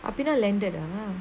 அப்டினா:apdinaa landed ah